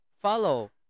follow